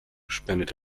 spendet